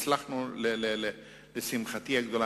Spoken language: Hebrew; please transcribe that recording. והצלחנו לשמחתי הגדולה.